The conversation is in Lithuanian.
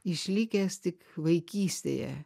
išlikęs tik vaikystėje